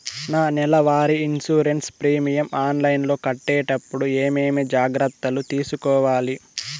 నా నెల వారి ఇన్సూరెన్సు ప్రీమియం ఆన్లైన్లో కట్టేటప్పుడు ఏమేమి జాగ్రత్త లు తీసుకోవాలి?